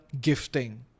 gifting